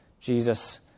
Jesus